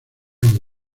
han